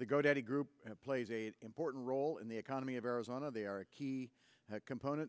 to go to any group plays a important role in the economy of arizona they are a key component